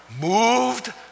moved